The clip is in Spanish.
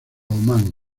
omán